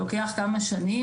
זה לוקח כמה שנים,